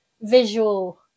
visual